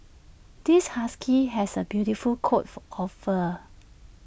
this husky has A beautiful coat for of fur